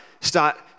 start